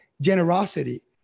generosity